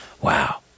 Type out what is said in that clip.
Wow